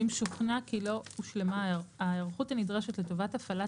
אם שוכנע כי לא הושלמה ההיערכות הנדרשת לטובת הפעלת